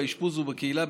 באשפוז ובקהילה,